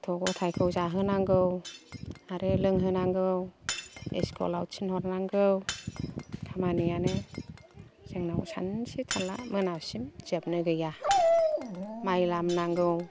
गथ' गथायखौ जाहोनांगौ आरो लोंहोनांगौ स्कुलाव थिनहरनांगौ खामानियानो जोंनाव सानसे थाला मोनासिम जोबनो गैया माइ लामनांगौ